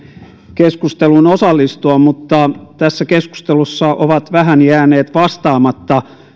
keskusteluun osallistua mutta tässä keskustelussa ovat vähän jääneet vastaamatta